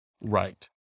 Right